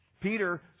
Peter